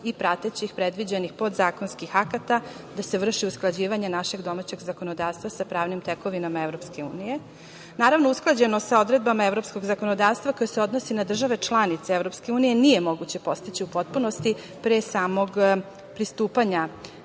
i pratećih predviđenih podzakonskih akata, se vrše usklađivanje našeg domaćeg zakonodavstva sa pravnim tekovinama EU.Naravno, usklađeno sa odredbama evropskog zakonodavstva koji se odnosi na države članice EU nije moguće postići u potpunosti, pre samog pristupanja